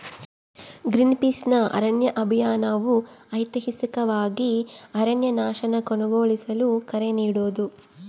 ಗ್ರೀನ್ಪೀಸ್ನ ಅರಣ್ಯ ಅಭಿಯಾನವು ಐತಿಹಾಸಿಕವಾಗಿ ಅರಣ್ಯನಾಶನ ಕೊನೆಗೊಳಿಸಲು ಕರೆ ನೀಡೋದು